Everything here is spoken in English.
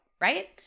right